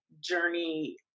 journey